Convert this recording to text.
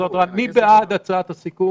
מי בעד הצעת הסיכום?